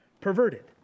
perverted